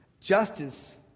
justice